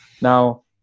now